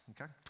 okay